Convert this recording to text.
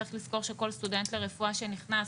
צריך לזכור שכל סטודנט לרפואה שנכנס,